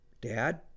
Dad